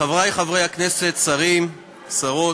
חברי חברי הכנסת, שרים, שרות,